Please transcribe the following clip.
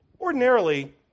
ordinarily